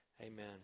amen